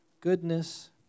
goodness